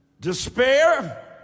Despair